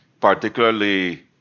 particularly